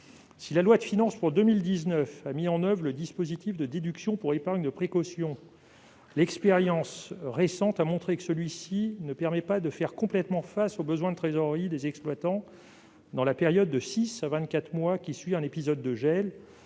Si la loi de finances pour 2019 a mis en oeuvre le dispositif de déduction pour épargne de précaution, l'expérience récente a montré que celui-ci ne permet pas de faire complètement face aux besoins de trésorerie des exploitants, dans la période de six à vingt-quatre mois qui suit un épisode de gel,